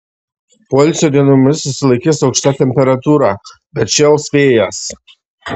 poilsio dienomis išsilaikys aukšta temperatūra bet šėls vėjas